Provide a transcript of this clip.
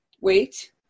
wait